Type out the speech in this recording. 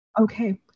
Okay